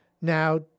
Now